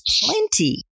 plenty